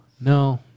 No